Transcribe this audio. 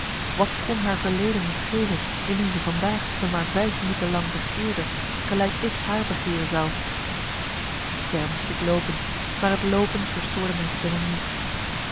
wat kon haar verleden me schelen indien ze van daag me maar vijf minuten lang begeerde gelijk ik haar begeeren zou ver moest ik loopen maar het loopen verstoorde mijn stemming niet